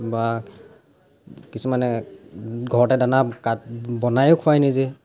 বা কিছুমানে ঘৰতে দানা কা বনায়ো খোৱায় নিজে